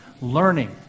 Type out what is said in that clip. learning